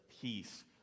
peace